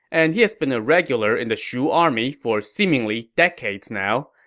and he has been a regular in the shu army for seemingly decades now.